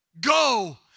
Go